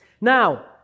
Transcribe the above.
now